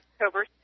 October